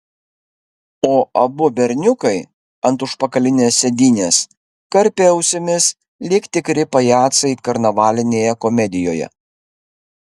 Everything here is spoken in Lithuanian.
o abu berniukai ant užpakalinės sėdynės karpė ausimis lyg tikri pajacai karnavalinėje komedijoje